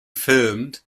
filmed